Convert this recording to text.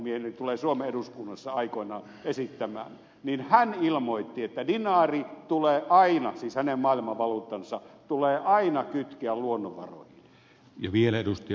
uusipaavalniemi tulee suomen eduskunnassa aikoinaan esittämään niin hän ilmoitti että dinaari tulee aina siis hänen maailmanvaluuttansa kytkeä luonnonvaroihin